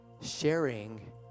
sharing